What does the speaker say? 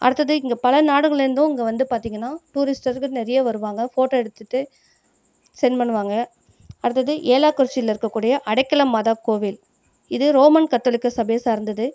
அடுத்தது இங்கே பல நாடுகள்லிருந்தும் இங்கே வந்து பார்த்தீங்கன்னா டூரிஸ்ட்டர்கள் நிறைய வருவாங்க ஃபோட்டோ எடுத்துட்டு சென்ட் பண்ணுவாங்க அடுத்தது ஏலாக்குறிச்சியில் இருக்கக்கூடிய அடைக்கல மாதா கோவில் இது ரோமன் கத்தோலிக்க சபையை சார்ந்தது